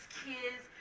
kids